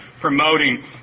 promoting